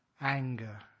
anger